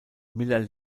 miller